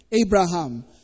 Abraham